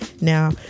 Now